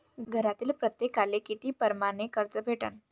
घरातील प्रत्येकाले किती परमाने कर्ज भेटन?